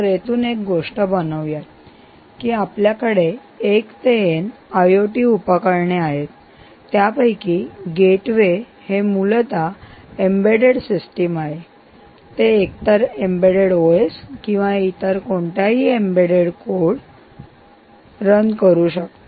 तर इथून एक गोष्ट बनवूयात की आपल्याकडे 1 ते n आयओटी उपकरणे आहेत त्यापैकी गेटवे हे मूलतः एम्बेड्डेड सिस्टीम आहे ते एक तर एम्बेड्डेड ओएस किंवा इतर कोणत्याही एम्बेड्डेड कोड रन करू शकते